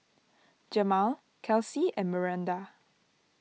Jemal Kelcie and Miranda